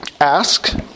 Ask